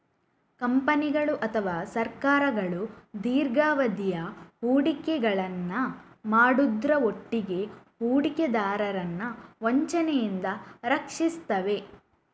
ಕಂಪನಿಗಳು ಅಥವಾ ಸರ್ಕಾರಗಳು ದೀರ್ಘಾವಧಿಯ ಹೂಡಿಕೆಗಳನ್ನ ಮಾಡುದ್ರ ಒಟ್ಟಿಗೆ ಹೂಡಿಕೆದಾರರನ್ನ ವಂಚನೆಯಿಂದ ರಕ್ಷಿಸ್ತವೆ